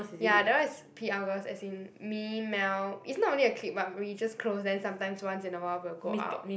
yea that one is p_l girls as in me Mel is not really a clique but we just close then sometimes once in awhile we'll go out